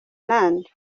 nande